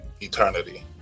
eternity